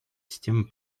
систему